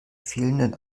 fehlenden